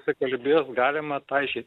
kalbėjo galima talžyti